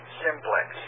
simplex